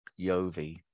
Yovi